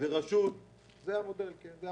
הורידו לה